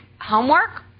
homework